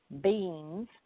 beans